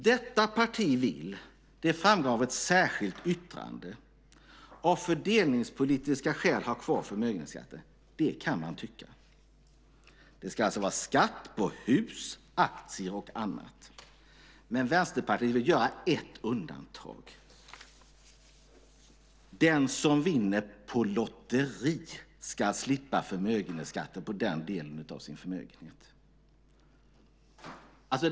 Detta parti vill, vilket framgår av ett särskilt yttrande, av fördelningspolitiska skäl ha kvar förmögenhetsskatten. Det kan man tycka. Det ska alltså vara skatt på hus, aktier och annat. Men Vänsterpartiet vill göra ett undantag. Den som vinner på lotteri ska slippa förmögenhetsskatten på den delen av sin förmögenhet.